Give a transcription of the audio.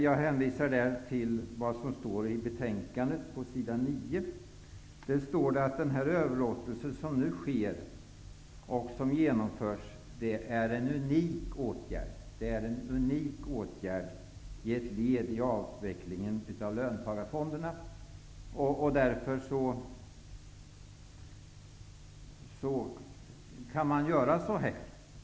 Jag hänvisar till texten i betänkandet, sid. 9: ''Den överlåtelse av aktier i portföljförvaltningsbolag och riskkapitalbolag som skall genomföras är en unik åtgärd som ett led i avvecklingen av löntagarfonderna.'' Det är alltså därför man kan göra så här.